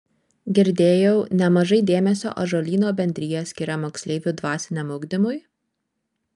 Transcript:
girdėjau nemažai dėmesio ąžuolyno bendrija skiria moksleivių dvasiniam ugdymui